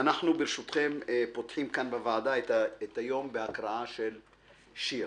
אנחנו פותחים כאן בוועדה את היום בהקראה של שיר,